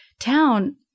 town